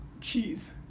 Cheese